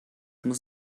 muss